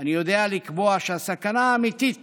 אני יודע לקבוע שהסכנה האמיתית